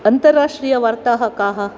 अन्तराष्ट्रियवार्ताः काः